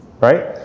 Right